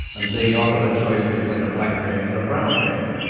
and being offered a choice between a black pair and a brown pair.